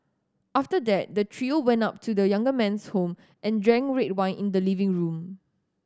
after that the trio went up to the younger man's home and drank red wine in the living room